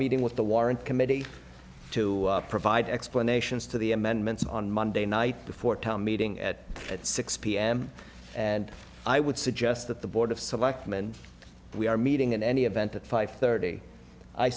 meeting with the warrant committee to provide explanations to the amendments on monday night before town meeting at six pm and i would suggest that the board of selectmen we are meeting in any event at five thirty i